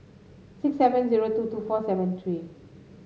six seven zero two two four seven three